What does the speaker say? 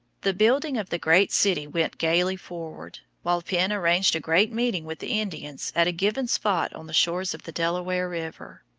the building of the great city went gaily forward, while penn arranged a great meeting with the indians at a given spot on the shores of the delaware river.